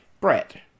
Brett